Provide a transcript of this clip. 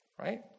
right